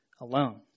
alone